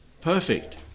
perfect